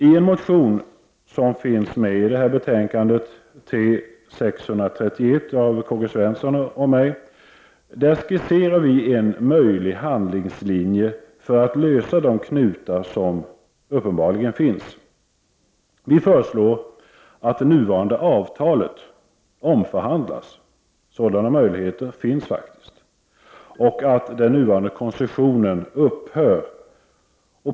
I en motion som behandlas i detta betänkande, T631 av K-G Svenson och mig skisseras en möjlig handlingslinje för att lösa de knutar som uppenbarligen finns. Vi föreslår att det nuvarande avtalet omförhandlas — sådana möjligheter finns — och att den nuvarande koncessionen upphör.